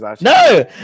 No